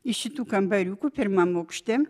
iš šitų kambariukų pirmam aukšte